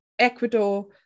Ecuador